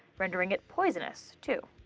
rendering it poisonous, too.